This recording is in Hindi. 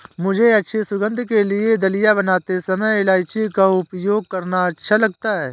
मुझे अच्छी सुगंध के लिए दलिया बनाते समय इलायची का उपयोग करना अच्छा लगता है